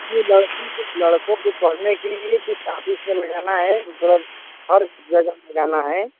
ये लड़की के लड़कों के पढ़ने के लिए कुछ ऑफिस में लगाना है मतलब हर जगह लगाना है